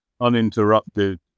uninterrupted